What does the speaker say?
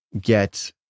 get